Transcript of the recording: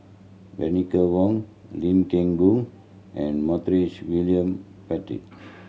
Bernice Wong Lim Kim Boon and Montague William Pett